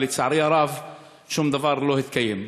ולצערי הרב שום דבר לא התקיים.